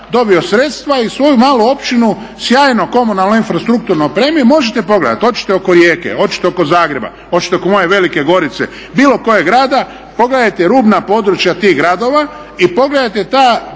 dobio sredstva i svoju malu općinu sjajno komunalno, infrastrukturno opremio. Možete pogledati, hoćete oko Rijeke, hoćete oko Zagreba, hoćete oko moje Velike Gorice, bilo kojeg grada, pogledajte rubna područja tih gradova i pogledajte ta